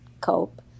cope